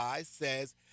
says